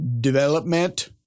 development